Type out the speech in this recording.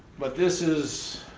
but this is,